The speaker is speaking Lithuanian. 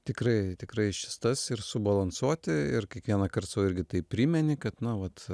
tikrai tikrai šis tas ir subalansuoti ir kiekvienąkart sau irgi taip primeni kad na vat